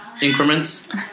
increments